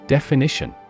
Definition